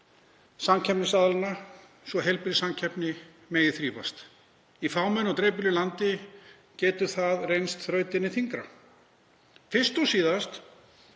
samkeppnisaðilanna svo heilbrigð samkeppni megi þrífast. Í fámennu og dreifbýlu landi getur það reynst þrautin þyngri. Fyrst og síðast